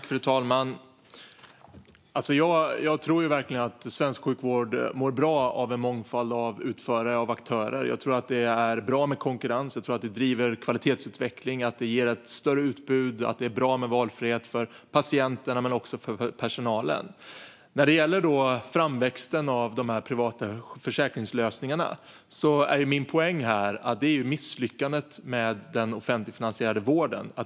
Fru talman! Jag tror verkligen att svensk sjukvård mår bra av en mångfald av utförare och aktörer. Jag tror att det är bra med konkurrens. Jag tror att det driver kvalitetsutveckling, att det ger ett större utbud och att det är bra med valfrihet för patienterna men också för personalen. Min poäng när det gäller framväxten av privata försäkringslösningar är att det handlar om misslyckandet med den offentligt finansierade vården.